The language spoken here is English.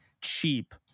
cheap